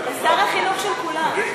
אתה שר החינוך של כולם.